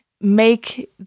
make